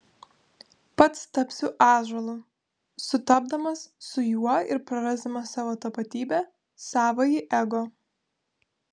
pats tapsiu ąžuolu sutapdamas su juo ir prarasdamas savo tapatybę savąjį ego